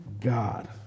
God